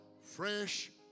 fresh